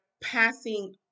passing